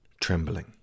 trembling